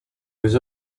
was